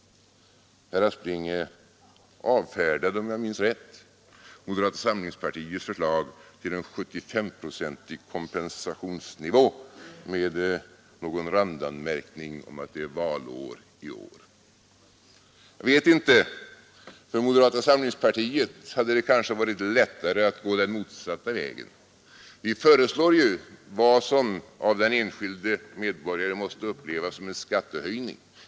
Herr Aspling avfärdade, om jag minns rätt, moderata samlingspartiets förslag till 75-procentig kompensationsnivå med någon randanmärkning om att det är valår i år. För moderata samlingspartiet hade det kanske varit lättare att gå den motsatta vägen. Vi föreslår ju vad som av den enskilde medborgaren måste upplevas som skattehöjning.